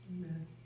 Amen